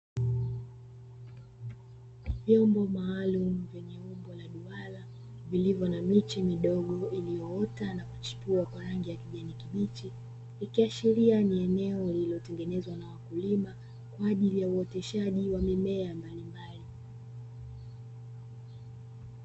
Vyombo maalumu vyenye umbo la duara vilivyo na miche midogo iliyoota na kuchipua kwa rangi ya kijani kibichi, ikiashiria ni eneo lililotengenezwa na wakulima kwa ajili ya uoteshaji wa mimea mbali mbali.